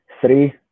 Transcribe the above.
three